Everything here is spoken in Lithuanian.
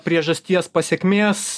priežasties pasekmės